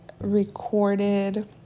recorded